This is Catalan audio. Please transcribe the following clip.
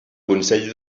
consell